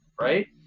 right